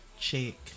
chick